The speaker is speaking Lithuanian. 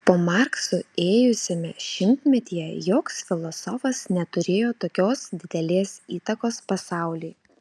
po markso ėjusiame šimtmetyje joks filosofas neturėjo tokios didelės įtakos pasauliui